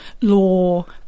law